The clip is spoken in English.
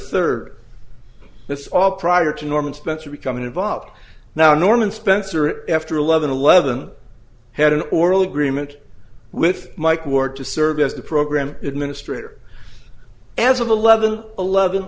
third that's all prior to norman spencer becoming involved now norman spencer efter eleven eleven had an oral agreement with mike ward to serve as the program administrator as of eleven eleven